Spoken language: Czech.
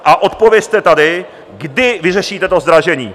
A odpovězte tady, kdy vyřešíte to zdražení!